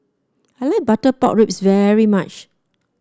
I like Butter Pork Ribs very much